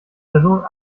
person